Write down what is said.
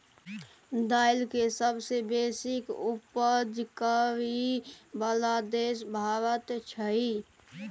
दाइल के सबसे बेशी उपज करइ बला देश भारत छइ